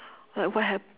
like what hap~